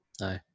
No